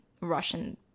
Russian